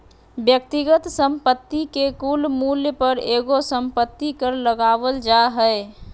व्यक्तिगत संपत्ति के कुल मूल्य पर एगो संपत्ति कर लगावल जा हय